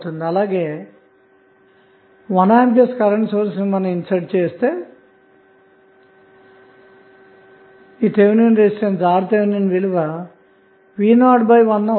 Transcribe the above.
అలాగే 1 A current సోర్స్ని insert చేస్తే R th విలువ vo 1 అవుతుంది